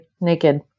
naked